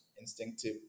instinctive